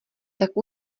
tak